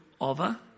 over